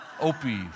Opie